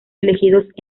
elegidos